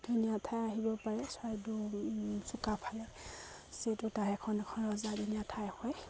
ধুনীয়া ঠাই আহিব পাৰে চৰাইদেউ চুকাফালৈ যিহেতু তাৰ এখন এখন ৰজাদিনীয়া ঠাই হয়